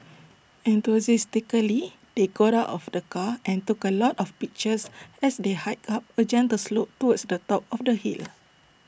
they got out of the car and took A lot of pictures as they hiked up A gentle slope towards the top of the hill